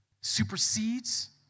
supersedes